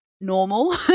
normal